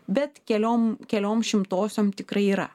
bet keliom keliom šimtosiom tikrai yra